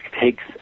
takes